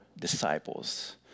disciples